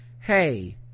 hey